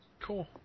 Cool